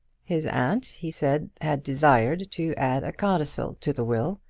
his aunt, he said, had desired to add a codicil to the will,